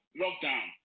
lockdown